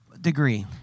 degree